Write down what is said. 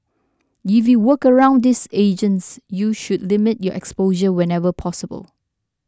if you work around these agents you should limit your exposure whenever possible